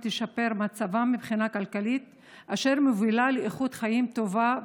תשפר את מצבם מבחינה כלכלית ותוביל לאיכות חיים טובה.